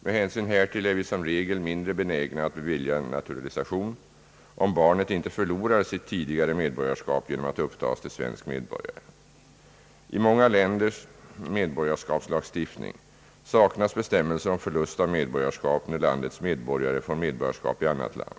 Med hänsyn härtill är vi som regel mindre benägna att bevilja naturalisation, om barnet inte förlorar sitt tidigare medborgarskap genom att upptas till svensk medborgare. I många länders medborgarskapslagstiftning saknas bestämmelser om förlust av medborgarskap, när landets medborgare får medborgarskap i annat land.